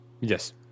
yes